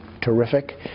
terrific